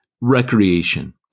Recreation